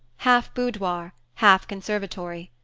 half boudoir, half conservatory.